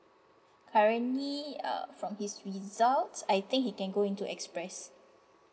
currently uh from his results I think he can go into express